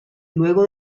luego